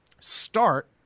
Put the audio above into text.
Start